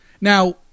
Now